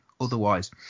otherwise